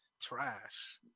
trash